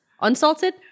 Unsalted